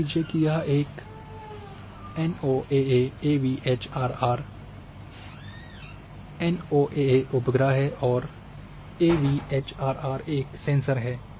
मान लीजिए कि यह एनओएए एवीएचआरआर है एनओएए उपग्रह है और एवीएचआरआर एक सेंसर है